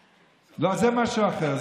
לא, זה משהו אחר.